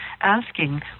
asking